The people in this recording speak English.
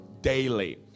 daily